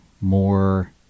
more